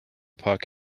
puck